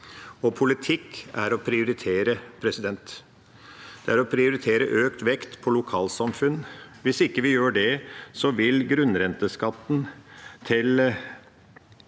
Det er å prioritere økt vekt på lokalsamfunn. Hvis ikke vi gjør det, vil grunnrenteskatten til